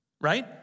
right